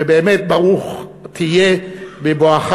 ובאמת ברוך תהיה בבואך